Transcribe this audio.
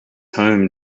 home